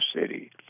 city